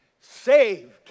saved